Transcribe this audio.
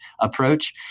approach